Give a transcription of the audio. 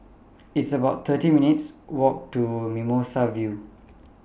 It's about thirty minutes' Walk to Mimosa View